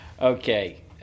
Okay